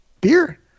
beer